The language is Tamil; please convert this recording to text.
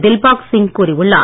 தில்பாக் சிங் கூறியுள்ளார்